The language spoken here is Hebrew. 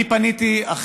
אני פניתי לוועדת הכנסת,